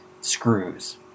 screws